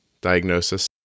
Diagnosis